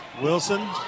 Wilson